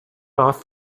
off